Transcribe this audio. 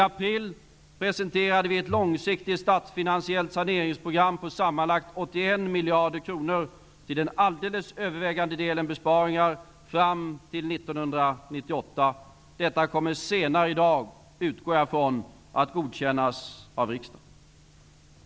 I april presenterade vi ett långsiktigt statsfinansiellt saneringsprogram på sammanlagt 81 miljarder kronor, till den alldeles övervägande delen besparingar fram till 1998. Detta kommer senare i dag, utgår jag ifrån, att godkännas av riksdagen.